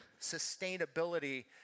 sustainability